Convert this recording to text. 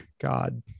God